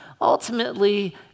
Ultimately